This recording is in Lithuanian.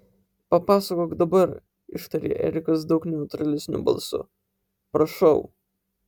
papasakok dabar ištarė erikas daug neutralesniu balsu prašau